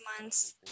months